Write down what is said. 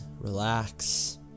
relax